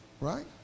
Right